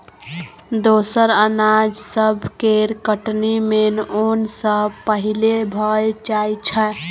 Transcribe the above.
दोसर अनाज सब केर कटनी मेन ओन सँ पहिले भए जाइ छै